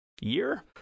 year